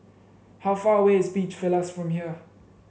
how far away is Beach Villas from here